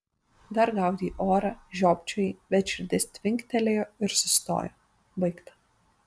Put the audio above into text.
dar gaudei orą žiopčiojai bet širdis tvinktelėjo ir sustojo baigta